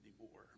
anymore